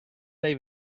dai